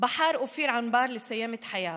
בחר אופיר ענבר לסיים את חייו,